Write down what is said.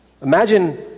Imagine